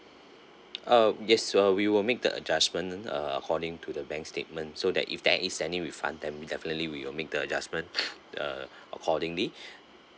oh yes well we will make the adjustment uh according to the bank statement so that if there is any refund then we definitely will make the adjustment uh accordingly